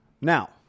Now